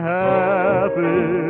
happy